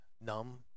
numb